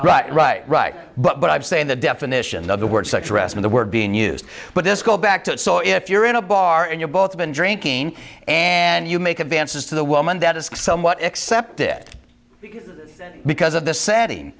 right right right but i'm saying the definition of the word sex rest of the word being used but this go back to it so if you're in a bar and you've both been drinking and you make advances to the woman that is somewhat accept it because of the setting